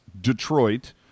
Detroit